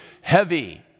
heavy